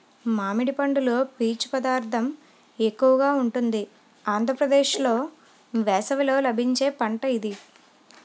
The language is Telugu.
మామిడి పండులో పీచు పదార్థం ఎక్కువగా ఉంటుంది ఆంధ్రప్రదేశ్లో వేసవిలో లభించే పంట ఇది